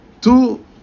two